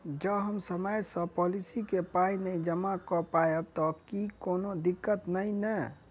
जँ हम समय सअ पोलिसी केँ पाई नै जमा कऽ पायब तऽ की कोनो दिक्कत नै नै?